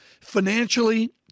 Financially